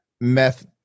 meth